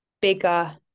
bigger